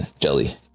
Jelly